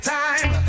time